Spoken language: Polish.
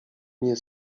nie